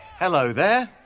hello there!